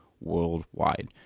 worldwide